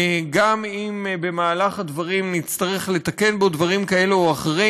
גם אם במהלך הדברים נצטרך לתקן בו דברים כאלה או אחרים.